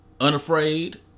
unafraid